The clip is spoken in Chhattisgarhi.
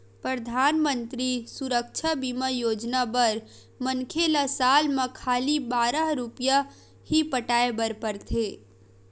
परधानमंतरी सुरक्छा बीमा योजना बर मनखे ल साल म खाली बारह रूपिया ही पटाए बर परथे